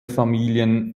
familien